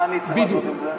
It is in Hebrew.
מה אני צריך לעשות עם זה?